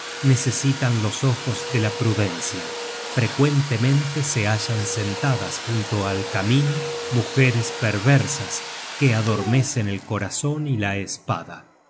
necesitan los ojos de la prudencia frecuentemente se hallan sentadas junto al camino mujeres perversas que adormecen el corazon y la espada